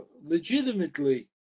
legitimately